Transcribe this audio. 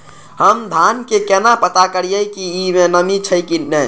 हम धान के केना पता करिए की ई में नमी छे की ने?